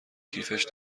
کیفش